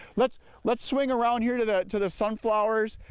let's let's swing around here to the to the sunflowers.